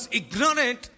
ignorant